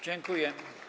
Dziękuję.